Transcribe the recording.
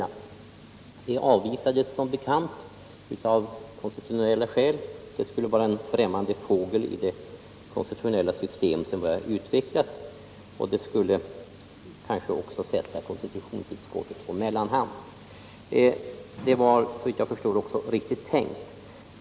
Det förslaget avvisades som bekant av konstitutionella skäl. Det skulle vara en främmande fågel i det konstitutionella system som utvecklats och det skulle kanske också sätta konstitutionsutskottet på mellanhand. Detta var, såvitt jag förstår, riktigt tänkt.